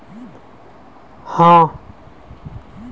higher purchase को instalment plan भी कहा जाता है